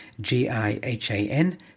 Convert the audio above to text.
G-I-H-A-N